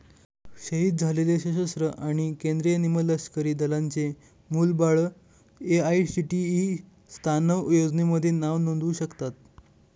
शहीद झालेले सशस्त्र आणि केंद्रीय निमलष्करी दलांचे मुलं बाळं ए.आय.सी.टी.ई स्वानथ योजनेमध्ये नाव नोंदवू शकतात